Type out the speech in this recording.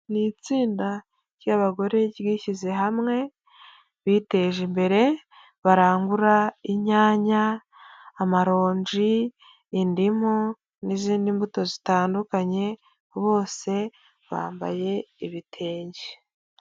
Ni itsinda ry'abagore ryishyize hamwe, biteje imbere barangura inyanya, amaronji, indimu n'izindi mbuto zitandukanye bose bambaye ibitenge.